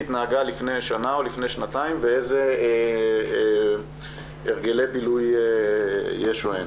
התנהגה לפני שנה או לפני שנתיים ואיזה הרגלי בילוי יש או אין.